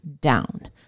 down